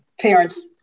Parents